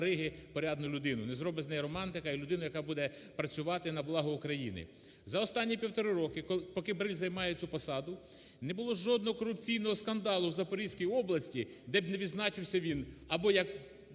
бариги порядну людину, не зробить з неї романтика і людину, яка буде працювати на благо України? За останні півтора роки, поки Бриль займає цю посаду, не було жодного корупційного скандалу в Запорізькій області, де б не відзначився він або як